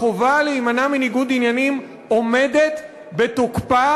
החובה להימנע מניגוד עניינים עומדת בתוקפה